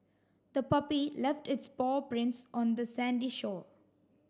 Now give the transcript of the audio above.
the puppy left its paw prints on the sandy shore